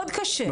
מאוד קשה,